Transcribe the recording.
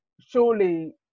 surely